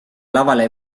lavale